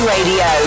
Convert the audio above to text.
Radio